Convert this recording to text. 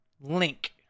Link